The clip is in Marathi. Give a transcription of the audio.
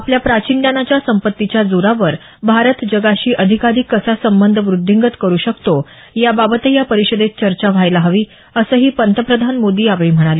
आपल्या प्राचिन ज्ञानाच्या संपत्तीच्या जोरावर भारत जगाशी अधिकाधिक कसा संबंध व्रद्धींगत करू शकतो याबाबतही या परिषदेत चर्चा व्हायला हवी असंही पंतप्रधान मोदी यावेळी म्हणाले